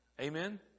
Amen